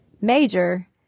major